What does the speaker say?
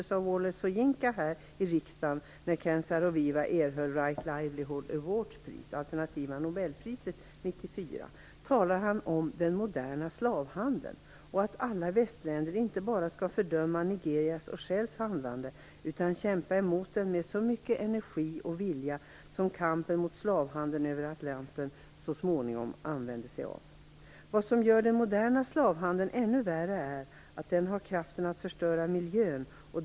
Soyinka här i riksdagen när Ken Saro-Wiwa erhöll Right Livelihood Award-priset, det alternativa nobelpriset, 1994 talade han om den moderna slavhandeln. Han talade om att alla västländer inte bara skall fördöma Nigerias och Shells handlande utan också kämpa mot det med lika mycket energi och vilja som kampen mot slavhandeln över Atlanten så småningom använde sig av. Vad som gör den moderna slavhandeln ännu värre, är att den har kraften att förstöra miljön.